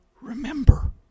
remember